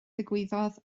ddigwyddodd